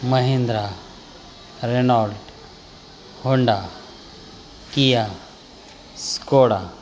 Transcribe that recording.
Mahindra Renault Honda Kia Skoda